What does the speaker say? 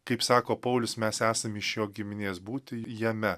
kaip sako paulius mes esam iš jo giminės būti jame